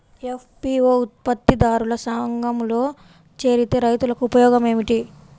FPO ఉత్పత్తి దారుల సంఘములో చేరితే రైతులకు ఉపయోగము ఏమిటి?